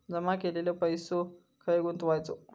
जमा केलेलो पैसो खय गुंतवायचो?